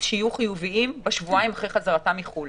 שיהיו חיוביים בשבועיים אחרי חזרתם מחו"ל.